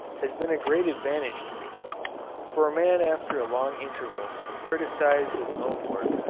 has been a great advantage to me for a man after a long interval can criticise his own work,